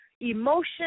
emotion